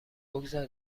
بگذار